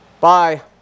Bye